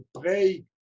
pray